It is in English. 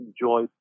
enjoy